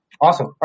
Awesome